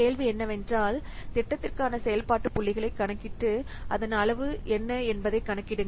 கேள்வி என்னவென்றால் திட்டத்திற்கான செயல்பாட்டு புள்ளிகளைக் கணக்கிட்டு அதன் அளவு என்ன என்பதைக் கணக்கிடுங்கள்